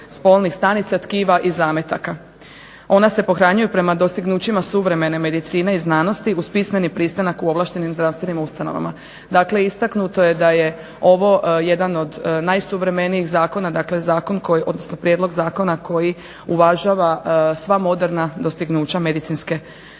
spolnih stanica, tkiva i zametaka. Ona se pohranjuju prema dostignućima suvremene medicine i znanosti uz pismeni pristanak u ovlaštenim zdravstvenim ustanovama. Dakle, istaknuto je da je ovo jedan od najsuvremenijih zakona, dakle zakon odnosno prijedlog zakona koji uvažava sva moderna dostignuća medicinske struke.